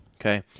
Okay